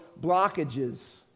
blockages